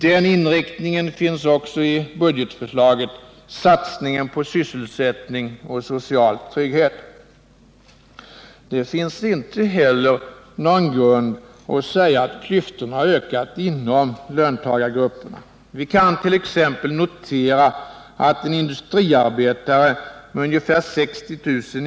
Den inriktningen finns också i budgetförslaget — satsningen på sysselsättning och social trygghet. Det finns inte heller någon grund att säga att klyftorna har ökat inom löntagargrupperna. Vi kan t.ex. notera att en industriarbetare med ungefär 60 000 kr.